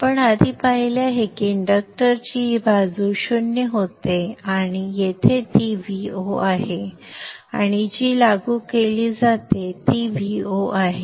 आपण आधी पाहिले की इंडक्टरची ही बाजू 0 होते आणि येथे ती Vo आहे आणि जी लागू केली जाते ती Vo आहे